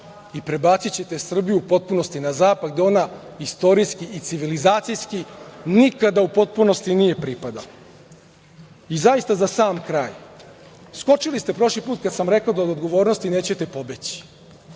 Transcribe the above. i prebacićete Srbiju u potpunosti na zapad a gde ona istorijski i civilizacijski nikada u potpunosti nije pripadala. Zaista za sam kraj. Skočili ste prošli put kada sam rekao da od odgovornosti neće pobeći,